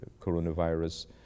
coronavirus